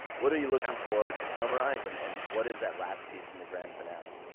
what are you looking for to summarize and and what is that last piece in the grand finale?